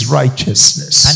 righteousness